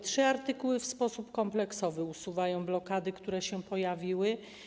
Trzy artykuły w sposób kompleksowy usuwają blokady, które się pojawiły.